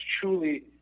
truly